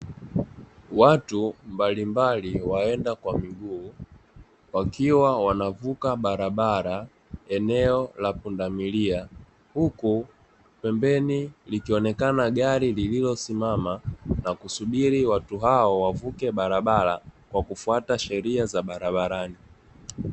Watu mbalimbali waenda kwa miguu wakiwa wanavuka barabara eneo la pundamilia, huku pembeni likionekana gari lililosimama na kusubiri watu hao wavuke barabara kwa kufuata sheria za barabarani.